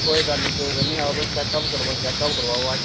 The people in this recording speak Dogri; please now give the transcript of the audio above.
कोई गल्ल नेईं कोई गल्ल नेईं आओ तुस चैकअप करवाओ